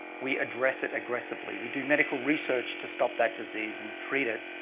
we address it aggressively. we do medical research to stop that disease and treat it.